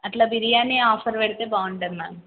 అట్ల బిరియాని ఆఫర్ పెడితే బాగుంటుంది మ్యామ్